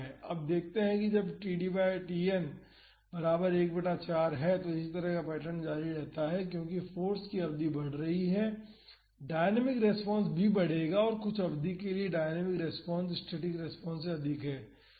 अब देखते हैं कि जब td बाई Tn बराबर 1 बटा 4 है इसी तरह का पैटर्न जारी रहता है क्योंकि फाॅर्स की अवधि बढ़ रही है डायनामिक रेस्पॉन्स भी बढ़ेगा और कुछ अवधि के लिए डायनामिक रेस्पॉन्स स्टैटिक रेस्पॉन्स से अधिक है